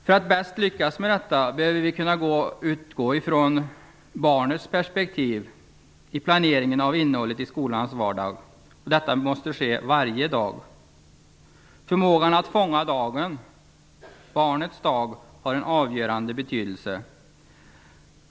För att vi skall lyckas bäst med detta behöver vi utgå från barnets perspektiv när vi planerar innehållet i skolans vardag. Detta måste ske varje dag. Förmågan att fånga dagen - barnets dag - har en avgörande betydelse.